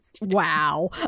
Wow